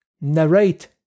narrate